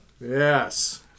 Yes